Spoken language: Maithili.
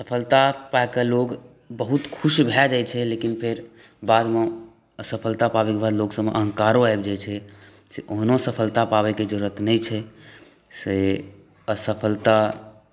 सफलता पाबि कऽ लोक बहुत खुश भय जाइ छै लेकिन फेर बादमे सफलता पाबैके बाद लोक सभ मे अहङ्कारो आबि जाइ छै से ओहनो सफलता पाबै के जरूरत नहि छै से असफलता